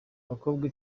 abakobwa